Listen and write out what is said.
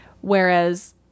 Whereas